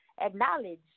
acknowledge